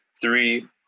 three